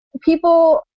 people